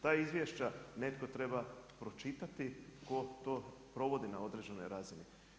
Ta izvješća netko treba pročitati tko to provodi na određenoj razini.